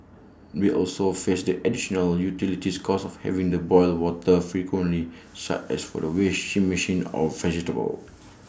they also faced the additional utilities cost of having the boil water frequently such as for the washing machine of vegetables